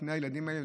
בפני הילדים האלה,